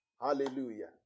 Hallelujah